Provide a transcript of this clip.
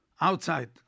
outside